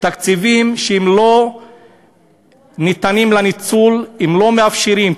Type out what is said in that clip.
תקציבים שלא ניתנים לניצול, הם לא מאפשרים.